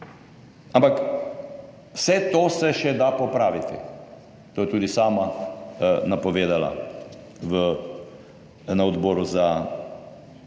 Ampak vse to se še da popraviti, to je tudi sama napovedala v, na Odboru za